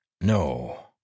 No